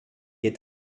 est